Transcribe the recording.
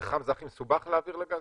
פחם זה הכי מסובך להעביר לגז?